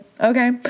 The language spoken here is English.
okay